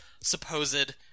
supposed